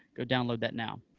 go download that now.